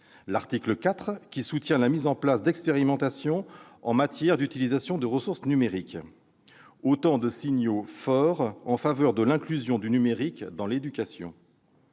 l'article 4, qui soutient la mise en place d'expérimentations en matière d'utilisation des ressources numériques. Ce sont autant de signaux forts en faveur de l'inclusion du numérique dans l'éducation.